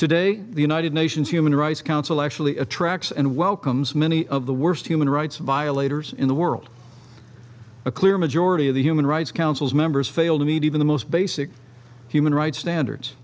today the united nations human rights council actually attracts and welcomes many of the worst human rights violators in the world a clear majority of the human rights council members fail to meet even the most basic human rights standards